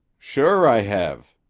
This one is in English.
sure i hev.